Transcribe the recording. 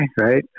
right